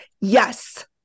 yes